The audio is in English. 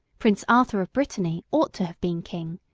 prince arthur of brittany, ought to have been king,